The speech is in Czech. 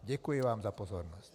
Děkuji vám za pozornost.